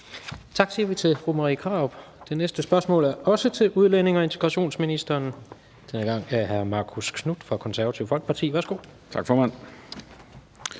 Vi siger tak til fru Marie Krarup. Det næste spørgsmål er også til udlændinge- og integrationsministeren, denne gang stillet af hr. Marcus Knuth fra Det Konservative Folkeparti. Kl. 16:58 Spm.